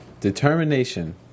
Determination